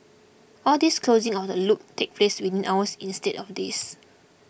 all this closing of the loop took place within hours instead of days